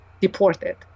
deported